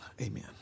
Amen